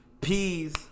peas